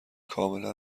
کاملا